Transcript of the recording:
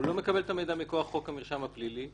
הוא לא מקבל את המידע מכוח חוק המרשם הפלילי,